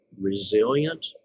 resilient